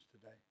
today